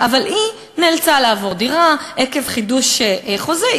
אבל היא נאלצה לעבור דירה עקב חידוש חוזה.